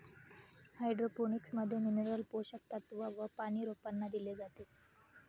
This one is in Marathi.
हाइड्रोपोनिक्स मध्ये मिनरल पोषक तत्व व पानी रोपांना दिले जाते